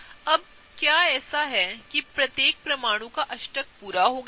अब क्या ऐसा है कि प्रत्येक परमाणु का अष्टक पूरा हो गया है